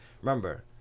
remember